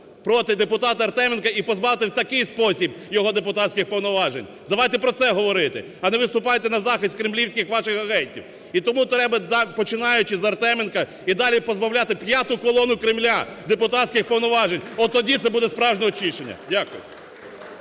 проти депутата Артеменка і позбавити в такий спосіб його депутатських повноважень. Давайте про це говорити! А не виступайте на захист кремлівських ваших агентів! І тому треба так, починаючи з Артеменка, і далі позбавляти "п'яту колону Кремля" депутатських повноважень. От тоді це буде справжнє очищення. Дякую.